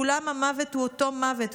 בכולם המוות הוא אותו מוות,